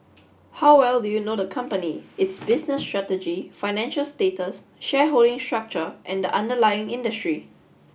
how well do you know the company its business strategy financial status shareholding structure and the underlying industry